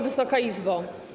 Wysoka Izbo!